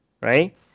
right